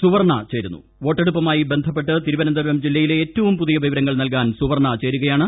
സുവർണ വോട്ടെടുപ്പുമായി ബന്ധപ്പെട്ട് തിരുവനന്തപുരം ജില്ലയിലെ ഏറ്റവും പുതിയ വിവരങ്ങളുമായി സുവർണ്ണ ചേരുകയാണ്